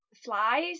Flies